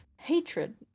hatred